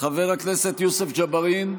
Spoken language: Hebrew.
חבר הכנסת יוסף ג'בארין,